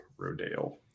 Rodale